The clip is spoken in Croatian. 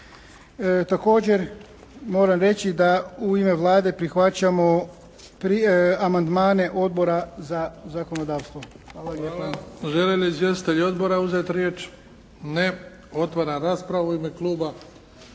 Također, moram reći da u ime Vlade prihvaćamo amandmane Odbora za zakonodavstvo. Hvala lijepa. **Bebić, Luka (HDZ)** Hvala. Žele li izvjestitelji odbora uzeti riječ? Ne. Otvaram raspravu u ime kluba.